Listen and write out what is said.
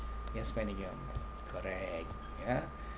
you're spending your money correct ya